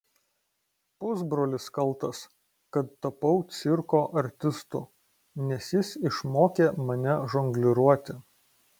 pusbrolis kaltas kad tapau cirko artistu nes jis išmokė mane žongliruoti